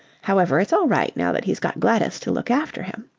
however, it's all right now that he's got gladys to look after him.